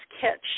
catch